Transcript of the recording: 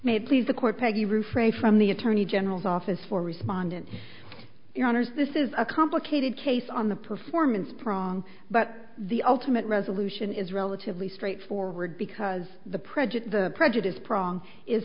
may please the court peggy refrain from the attorney general's office for respondent your honors this is a complicated case on the performance prong but the ultimate resolution is relatively straightforward because the prejudice the prejudice prong is